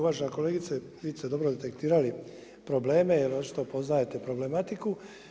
Uvažena kolegice vi ste dobro detektirali probleme jer očito poznajete problematiku.